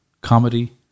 comedy